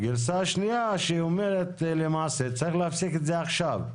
הגרסה השנייה אומרת למעשה שצריך להפסיק את זה עכשיו,